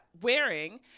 wearing